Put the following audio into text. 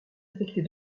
affectés